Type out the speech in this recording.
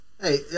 Hey